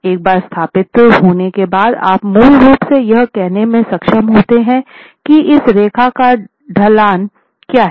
एक बार स्थापित होने के बाद आप मूल रूप से यह कहने में सक्षम होते हैं कि इस रेखा का ढलान क्या है